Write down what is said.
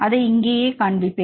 அதை இங்கேயே காண்பிப்பேன்